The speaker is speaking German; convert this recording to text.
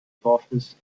dorfes